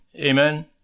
amen